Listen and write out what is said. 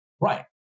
Right